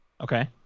Okay